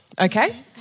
okay